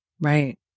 Right